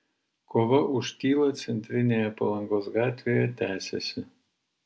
kova už tylą centrinėje palangos gatvėje tęsiasi